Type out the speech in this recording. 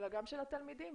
גם של התלמידים.